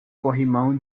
corrimão